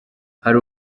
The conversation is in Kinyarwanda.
hari